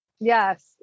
Yes